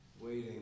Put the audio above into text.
waiting